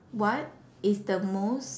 what is the most